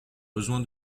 besoin